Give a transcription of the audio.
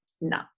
No